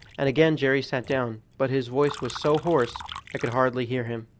and again jerry sat down, but his voice was so hoarse i could hardly hear him.